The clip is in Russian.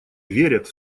верят